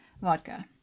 vodka